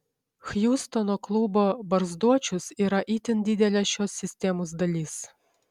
hjustono klubo barzdočius yra itin didelė šios sistemos dalis